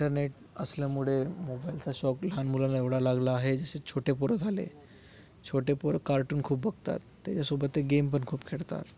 internet असल्यामुळे मोबाईलचा शौक लहान मुलांना एवढा लागला आहे जसं छोटे पोरं झाले छोटे पोरं कार्टून खूप बघतात त्याच्यासोबत ते गेम पण खूप खेळतात